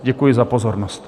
Děkuji za pozornost.